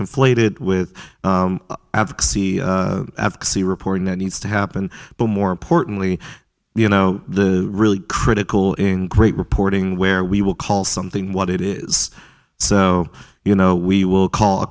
conflated with advocacy the reporting that needs to happen but more importantly you know the really critical in great reporting where we will call something what it is so you know we will call a